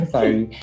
Sorry